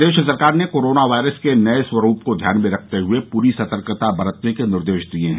प्रदेश सरकार ने corona virus के नये स्वरूप को ध्यान में रखते हुए पूरी सतर्कता बरतने के निर्देश दिये हैं